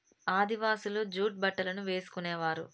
ఆదివాసులు జూట్ బట్టలను వేసుకునేవారు